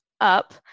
up